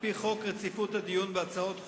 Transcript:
על-פי חוק רציפות הדיון בהצעות חוק,